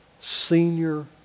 senior